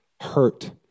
hurt